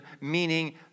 meaning